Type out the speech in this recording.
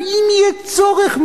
ואם יהיה צורך,